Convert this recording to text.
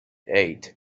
eight